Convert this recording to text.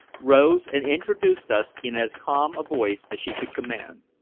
rose and introduced us in as calm a voice as she could command.